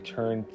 Turn